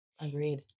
Agreed